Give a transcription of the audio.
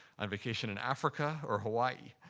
on vacation in africa or hawaii.